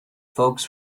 folks